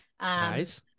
Nice